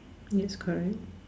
means correct